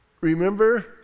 Remember